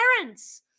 parents